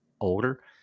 older